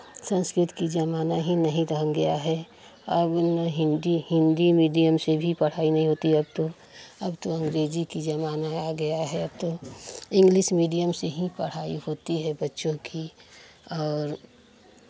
संस्कृत की ज़माना ही नहीं रह गया है अब ना हिन्दी हिन्दी मीडियम से भी पढ़ाई नहीं होती अब तो अब तो अंग्रेजी की ज़माना आ गया है अब तो इंग्लिश मीडियम से ही पढ़ाई होती है बच्चों की और